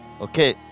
Okay